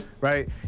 right